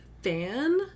Fan